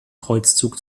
kreuzzug